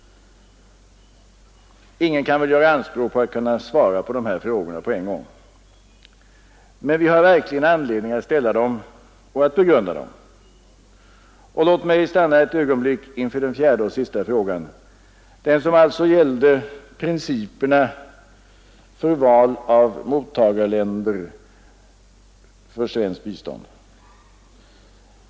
Ingen kan väl göra anspråk på att kunna besvara dessa frågor. Men vi har verkligen anledning att ställa dem och att begrunda dem. Låt mig stanna ett ögonblick inför den sista frågan, den som alltså gäller principerna för val av mottagarländer för svenskt bistånd.